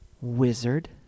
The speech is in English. wizard